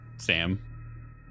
Sam